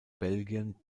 belgien